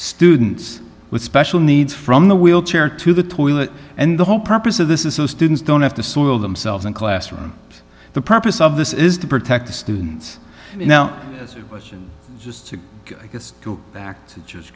students with special needs from the wheelchair to the toilet and the whole purpose of this is so students don't have to soil themselves and classroom for the purpose of this is to protect the students now as a question just to get back to just